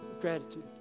gratitude